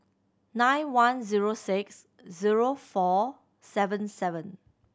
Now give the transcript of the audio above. nine one zero six zero four seven seven